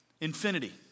Infinity